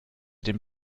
den